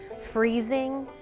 freezing,